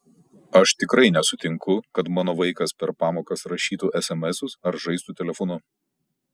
aš tikrai nesutinku kad mano vaikas per pamokas rašytų esemesus ar žaistų telefonu